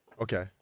Okay